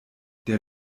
der